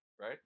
right